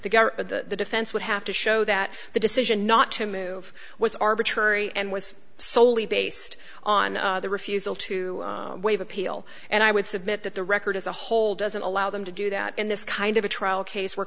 at the defense would have to show that the decision not to move was arbitrary and was solely based on the refusal to waive appeal and i would submit that the record as a whole doesn't allow them to do that in this kind of a trial case where